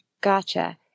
Gotcha